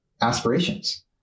aspirations